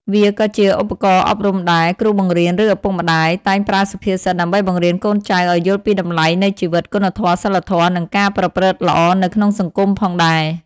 វាក៏ជាឧបករណ៍អប់រំដែល គ្រូបង្រៀន ឬឪពុកម្តាយតែងប្រើសុភាសិតដើម្បីបង្រៀនកូនចៅឱ្យយល់ពីតម្លៃនៃជីវិត គុណធម៌ សីលធម៌ និងការប្រព្រឹត្តល្អនៅក្នុងសង្គមផងដែរ។